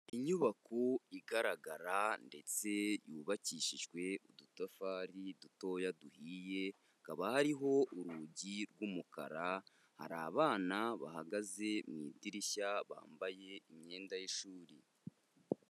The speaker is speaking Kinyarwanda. Inyubako igaragara ndetse yubakishijwe udutafari dutoya duhiye, hakaba hariho urugi rw'umukara, hari abana bahagaze mu idirishya, bambaye imyenda y'ishuri.